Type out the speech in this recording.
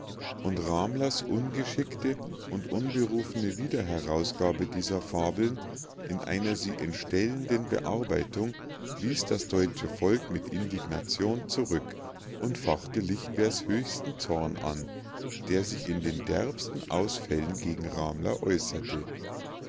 und ramler's ungeschickte und unberufene wiederherausgabe dieser fabeln in einer sie entstellenden bearbeitung wies das deutsche volk mit indignation zurück und fachte lichtwer's höchsten zorn an der sich in den derbsten ausfällen gegen ramler äußerte